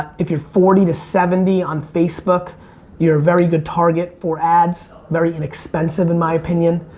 if you're forty to seventy on facebook you're a very good target for ads very inexpensive in my opinion.